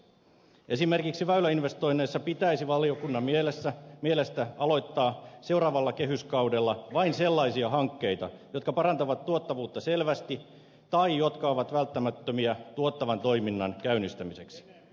esimerkiksi väyläinvestoinneissa pitäisi valiokunnan mielestä aloittaa seuraavalla kehyskaudella vain sellaisia hankkeita jotka parantavat tuottavuutta selvästi tai jotka ovat välttämättömiä tuottavan toiminnan käynnistämiseksi